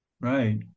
Right